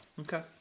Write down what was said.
Okay